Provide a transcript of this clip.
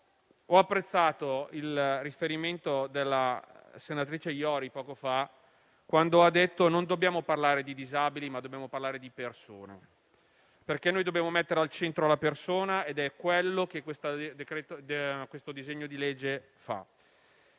ho apprezzato il riferimento della senatrice Iori quando, poco fa, ha detto che non dobbiamo parlare di disabili, ma di persone. Dobbiamo mettere al centro la persona, che è ciò che questo disegno di legge fa,